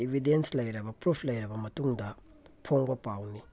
evidence ꯂꯩꯔꯕ proof ꯂꯩꯔꯕ ꯃꯇꯨꯡꯗ ꯐꯣꯡꯕ ꯄꯥꯎꯅꯤ